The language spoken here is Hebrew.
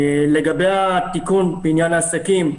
לגבי התיקון בעניין העסקים,